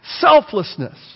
selflessness